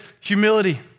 humility